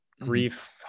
grief